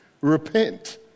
Repent